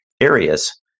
areas